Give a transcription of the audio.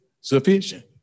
sufficient